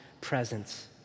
presence